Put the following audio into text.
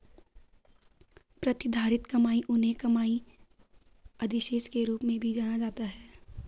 प्रतिधारित कमाई उन्हें कमाई अधिशेष के रूप में भी जाना जाता है